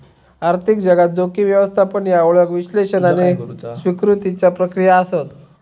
आर्थिक जगात, जोखीम व्यवस्थापन ह्या ओळख, विश्लेषण आणि स्वीकृतीच्या प्रक्रिया आसत